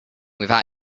without